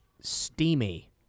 steamy